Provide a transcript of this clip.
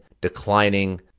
declining